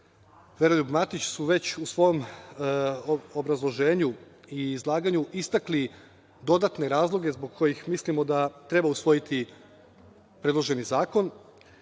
Veroljub Matić su već u svom obrazloženju i izlaganju istakli dodatne razloge zbog kojih mislimo da treba usvojiti predloženi zakon.